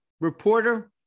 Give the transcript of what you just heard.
Reporter